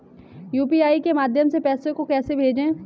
UPI के माध्यम से पैसे को कैसे भेजें?